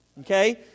okay